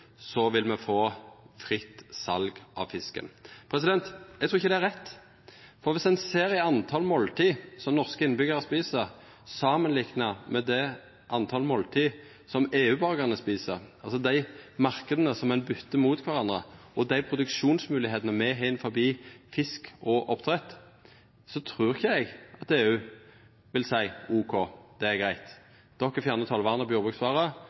vil me få fritt sal av fisken. Eg trur ikkje det er rett, for viss ein ser på talet på måltid som norske innbyggjarar et, samanlikna med talet på måltid som EU-borgarane et, altså dei marknadene ein byter mot kvarandre, og dei produksjonsmoglegheitene me har innanfor fisk og oppdrett, trur eg ikkje at EU vil seia: OK, det er greitt – de fjernar tollvernet på jordbruksvarer,